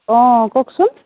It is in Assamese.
অ কওকচোন